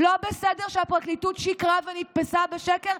לא בסדר שהפרקליטות שיקרה ונתפסה בשקר.